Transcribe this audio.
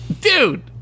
Dude